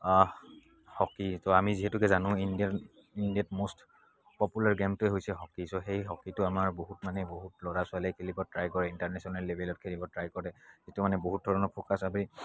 hockey এইটো আমি যিহেতুকে জানো ইণ্ডিয়াত ইণ্ডিয়াত ম'ষ্ট পপুলাৰ গেমটোৱে হৈছে হকী চ' সেই হকীটো আমাৰ বহুত মানে বহুত ল'ৰা ছোৱালীয়ে খেলিব ট্ৰাই কৰে ইণ্টাৰনেশ্যনেল লেভেলত খেলিব ট্ৰাই কৰে সেইটো মানে বহুত ধৰণৰ